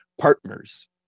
partners